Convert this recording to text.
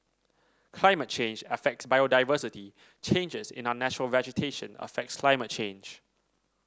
climate change affects biodiversity changes in our natural vegetation affects climate change